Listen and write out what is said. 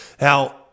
Now